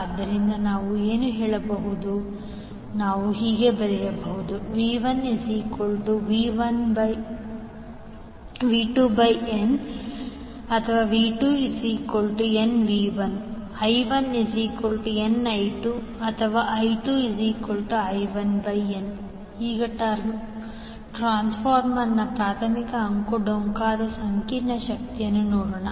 ಆದ್ದರಿಂದ ನಾವು ಏನು ಹೇಳಬಹುದು ನಾವು ಹೇಳಬಹುದು V1V2norV2nV1 I1nI2orI2I1n ಈಗ ಟ್ರಾನ್ಸ್ಫಾರ್ಮರ್ನ ಪ್ರಾಥಮಿಕ ಅಂಕುಡೊಂಕಾದ ಸಂಕೀರ್ಣ ಶಕ್ತಿಯನ್ನು ನೋಡೋಣ